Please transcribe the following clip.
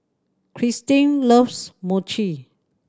Cristine loves Mochi